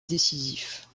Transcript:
décisifs